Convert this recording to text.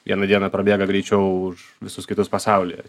vieną dieną prabėga greičiau už visus kitus pasaulyje